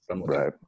Right